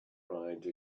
ride